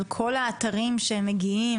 על כל האתרים שהם מגיעים,